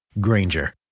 Granger